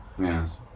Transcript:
Yes